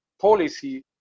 policy